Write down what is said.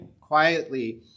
quietly